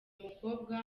mukobwa